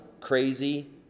crazy